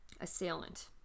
Assailant